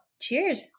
cheers